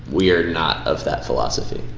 we are not of that philosophy.